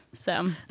so